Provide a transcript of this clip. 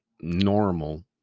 normal